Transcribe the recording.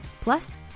Plus